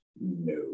No